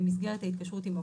במסגרת ההתקשרות עמו,